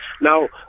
Now